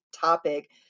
topic